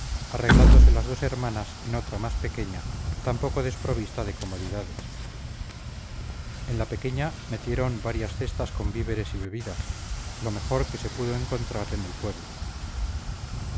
arreglándose las dos hermanas en otra más pequeña tampoco desprovista de comodidades en la pequeña metieron varias cestas con víveres y bebidas lo mejor que se pudo encontrar en el pueblo